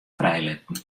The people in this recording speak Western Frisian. frijlitten